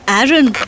Aaron